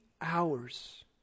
hours